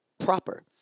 proper